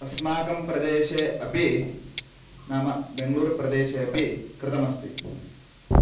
अस्माकं प्रदेशे अपि नाम बेङ्गलूरुप्रदेशे अपि कृतमस्ति